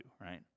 Right